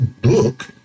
book